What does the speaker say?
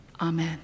Amen